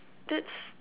that's